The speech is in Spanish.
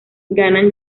ganan